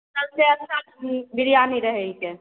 सबसे अच्छा बिरियानी रहैत छै